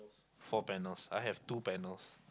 four panels I have two panels